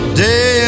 day